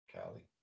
Callie